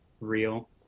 real